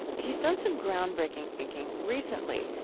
he's done some groundbreaking thinking recently,